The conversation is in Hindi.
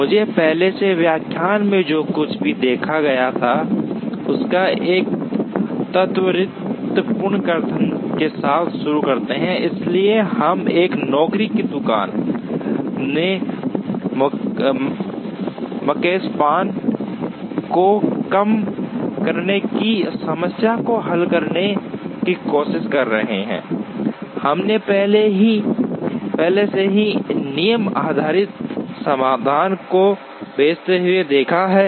मुझे पहले के व्याख्यान में जो कुछ भी देखा गया था उसका एक त्वरित पुनर्कथन के साथ शुरू करते हैं इसलिए हम एक नौकरी की दुकान में Makespan को कम करने की समस्या को हल करने की कोशिश कर रहे हैं हमने पहले से ही नियम आधारित समाधानों को भेजते हुए देखा है